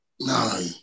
no